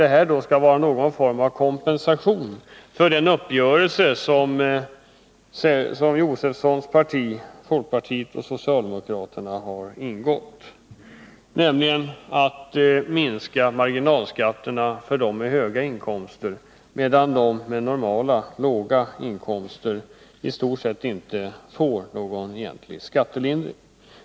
Detta skulle alltså vara någon form av kompensation för den uppgörelse som Stig Josefsons parti, folkpartiet och socialdemokraterna har träffat, där man minskat marginalskatterna för dem med höga inkomster, medan de med normala låga inkomster i stort sett inte får någon egentlig skattelindring.